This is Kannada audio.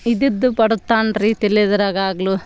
ಇದ್ದದ್ದು ಬಡತನ್ರಿ ತಿಳಿಯದ್ರಾಗೆ ಆಗಲೂ